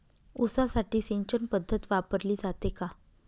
ऊसासाठी सिंचन पद्धत वापरली जाते का?